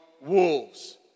wolves